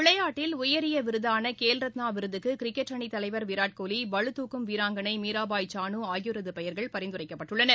விளையாட்டில் உயரிய விருதான கேல்ரத்னா விருதுக்கு கிரிக்கெட் அணி தலைவர் விராட் கோலி பளூதூக்கும் வீராங்கனை மீராபாய் சானு ஆகியோரது பெயர்கள் பரிந்துரைக்கப்பட்டுள்ளன